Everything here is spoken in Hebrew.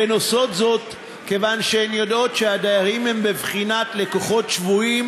הן עושות זאת כיוון שהן יודעות שהדיירים הם בבחינת לקוחות שבויים,